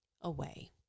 away